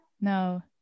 no